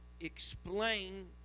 explain